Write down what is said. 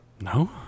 No